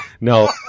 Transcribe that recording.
No